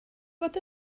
fod